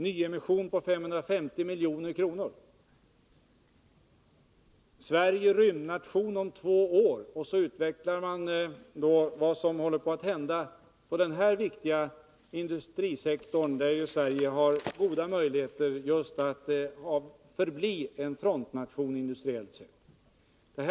Nyemission på 550 Mkr.” ”Sverige rymdnation om 2 år.” Här utvecklar man vad som håller på att hända inom denna viktiga industrisektor, där ju Sverige har goda möjligheter att just förbli en frontnation industriellt sett.